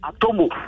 Atomo